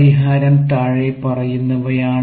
പരിഹാരം താഴെ പറയുന്നവയാണ്